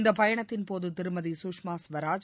இந்தப் பயணத்தின்போது திருமதி கஷ்மா ஸ்வராஜ்